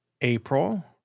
April